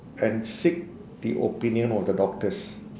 and seek the opinion of the doctors